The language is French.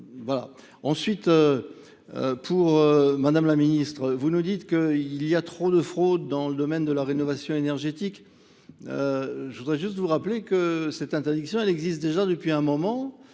? Ensuite, pour madame la ministre, vous nous dites qu'il y a trop de fraude dans le domaine de la rénovation énergétique. Je voudrais juste vous rappeler que cette interdiction existe déjà depuis un moment.